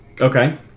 Okay